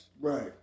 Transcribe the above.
Right